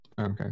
Okay